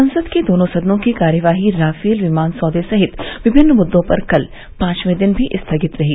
संसद के दोनों सदनों की कार्यवाही राफेल विमान सौदे सहित विभिन्न मुद्दों पर कल पांचवें दिन भी स्थगित रही